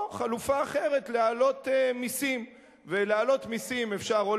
או חלופה אחרת, להעלות מסים, ולהעלות מסים אפשר או